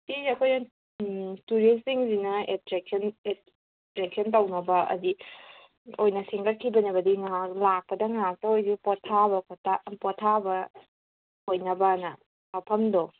ꯁꯤꯁꯦ ꯑꯩꯈꯣꯏꯅ ꯇꯨꯔꯤꯁꯁꯤꯡꯁꯤꯅ ꯑꯦꯇ꯭ꯔꯦꯛꯁꯟ ꯇꯧꯅꯕ ꯍꯥꯏꯗꯤ ꯑꯣꯏꯅ ꯁꯦꯝꯒꯠꯈꯤꯕꯅꯦꯕ ꯉꯥꯏꯍꯥꯛ ꯂꯥꯛꯄꯗ ꯉꯥꯏꯍꯥꯛꯇ ꯑꯣꯏꯔꯁꯨ ꯄꯣꯊꯥꯕ ꯄꯣꯊꯥꯕ ꯑꯣꯏꯅꯕꯅ ꯃꯐꯝꯗꯣ